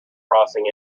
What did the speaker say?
crossing